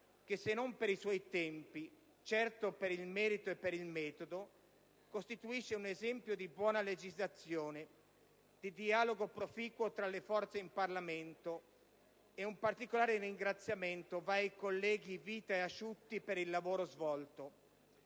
che, se non per i suoi tempi, certo per il merito e per il metodo, costituisce un esempio di buona legislazione, di dialogo proficuo tra le forze in Parlamento. Un particolare ringraziamento va anche ai colleghi Vita e Asciutti per il lavoro svolto.